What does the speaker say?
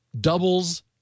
doubles